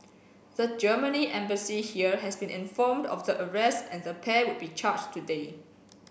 the Germany Embassy here has been informed of the arrests and the pair would be charged today